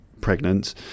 pregnant